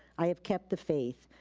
i have kept the faith,